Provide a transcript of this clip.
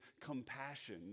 compassion